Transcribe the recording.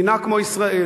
מדינה כמו ישראל,